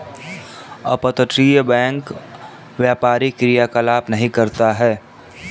अपतटीय बैंक व्यापारी क्रियाकलाप नहीं करता है